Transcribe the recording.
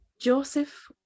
joseph